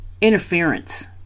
interference